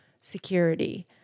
security